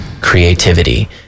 creativity